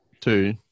two